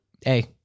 hey